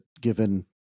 given